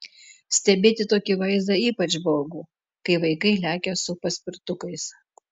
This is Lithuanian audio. stebėti tokį vaizdą ypač baugu kai vaikai lekia su paspirtukais